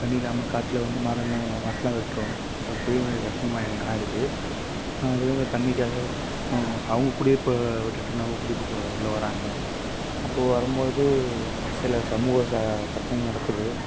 தண்ணி இல்லாமல் காட்டில வந்து மரம்லாம் மரத்தைலாம் வெட்டுறோம் புவி மய வெப்பமயம் ஆயிடுது விலங்குகள் தண்ணிக்காக அவங்க குடியிருப்பை விட்டுவிட்டு நம்ம குடியிருப்புக்குள்ளே உள்ள வராங்க அப்போ வரும்போது சில சமூக ச பிரச்சனைகள் நடக்குது